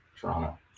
Toronto